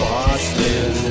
Boston